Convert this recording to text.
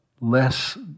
less